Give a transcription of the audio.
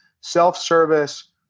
self-service